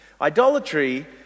Idolatry